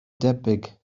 debyg